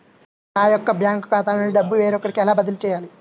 నా యొక్క బ్యాంకు ఖాతా నుండి డబ్బు వేరొకరికి ఎలా బదిలీ చేయాలి?